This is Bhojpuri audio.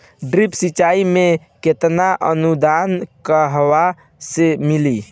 ड्रिप सिंचाई मे केतना अनुदान कहवा से मिली?